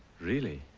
really?